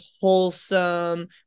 wholesome